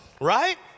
right